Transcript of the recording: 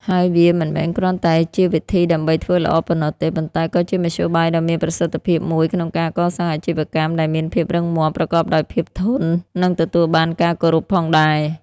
ហើយវាមិនមែនគ្រាន់តែជាវិធីដើម្បី "ធ្វើល្អ" ប៉ុណ្ណោះទេ ប៉ុន្តែក៏ជាមធ្យោបាយដ៏មានប្រសិទ្ធភាពមួយក្នុងការកសាងអាជីវកម្មដែលមានភាពរឹងមាំ ប្រកបដោយភាពធន់ និងទទួលបានការគោរពផងដែរ។